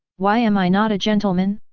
why am i not a gentleman?